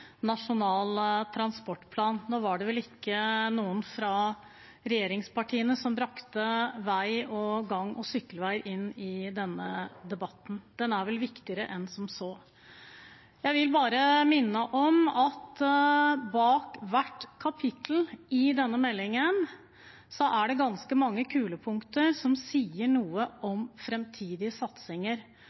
nasjonal transportplan. Nå var det vel ikke noen fra regjeringspartiene som brakte vei og gang- og sykkelvei inn i denne debatten. Den er vel viktigere enn som så. Jeg vil bare minne om at bak hvert kapittel i denne meldingen er det ganske mange kulepunkter som sier noe om framtidige satsinger.